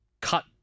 cut